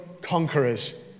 conquerors